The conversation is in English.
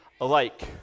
alike